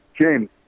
James